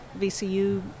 VCU